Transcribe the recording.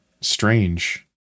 Strange